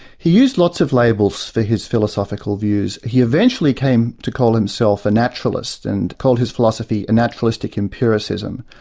he used lots of labels for his philosophical views. he eventually came to call himself a naturalist, and called his philosophy and naturalistic empiricism.